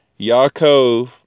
Yaakov